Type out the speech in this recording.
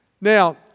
Now